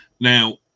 now